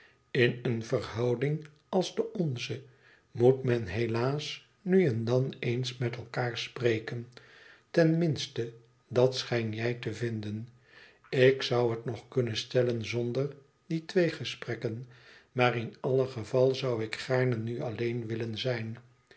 in een verhouding als de onze moet men helaas nu en dan eens met elkaâr spreken ten minste dat schijn jij te vinden ik zoû het nog kunnen stellen zonder die tweegesprekken maar in alle gevallen zoû ik gaarne nu alleen willen zijn